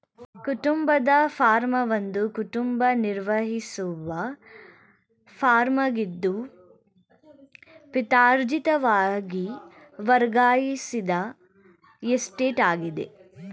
ಕುಟುಂಬದ ಫಾರ್ಮ್ ಒಂದು ಕುಟುಂಬ ನಿರ್ವಹಿಸುವ ಫಾರ್ಮಾಗಿದ್ದು ಪಿತ್ರಾರ್ಜಿತವಾಗಿ ವರ್ಗಾಯಿಸಿದ ಎಸ್ಟೇಟಾಗಿದೆ